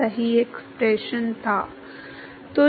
तो इस उद्देश्य के लिए इन तीन श्रेणियों में सारणियां तैयार की गई हैं